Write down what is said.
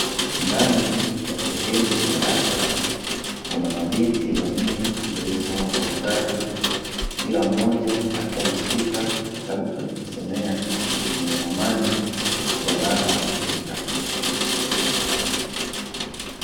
Ndani ya sehemu ya darasa kuna mabinti wanne waliosimama kwa mstari kila mmoja akiwa ameshika kitabu cha kujisomea chenye ramani ya bara la Afrika.